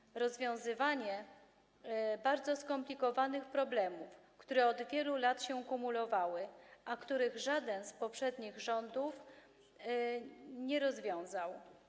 Chodzi o rozwiązywanie bardzo skomplikowanych problemów, które od wielu lat się kumulowały, a których żaden z poprzednich rządów nie rozwiązał.